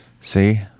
See